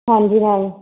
ਹਾਂਜੀ ਮੈਮ